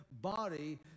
body